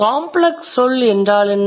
complex சொல் என்றால் என்ன